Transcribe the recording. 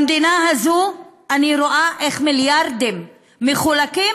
במדינה הזאת אני רואה איך מיליארדים מחולקים,